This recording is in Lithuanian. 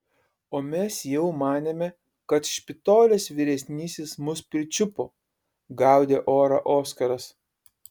o mes jau manėme kad špitolės vyresnysis mus pričiupo gaudė orą oskaras